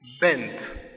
bent